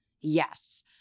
yes